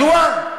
מדוע?